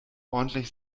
ordentlich